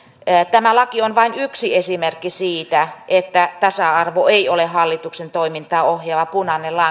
tämä laki on vain yksi esimerkki siitä että tasa arvo ei ole hallituksen toimintaa ohjaava punainen